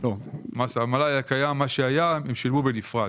על המלאי הקיים הם שילמו בנפרד.